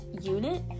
unit